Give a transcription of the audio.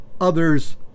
others